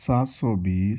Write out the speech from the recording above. سات سو بیس